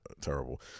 Terrible